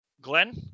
Glenn